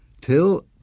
Till